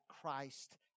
Christ